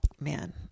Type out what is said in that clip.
man